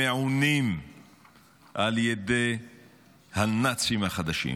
שמעונים על ידי הנאצים החדשים.